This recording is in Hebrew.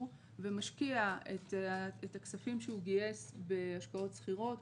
ומשקיע את הכספים שהוא גייס בהשקעות שכירות,